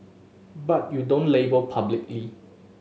but you don't label publicly